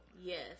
Yes